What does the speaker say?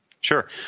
Sure